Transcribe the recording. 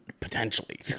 potentially